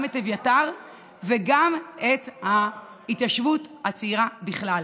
גם את אביתר וגם את ההתיישבות הצעירה בכלל.